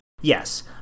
Yes